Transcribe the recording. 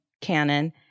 canon